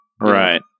Right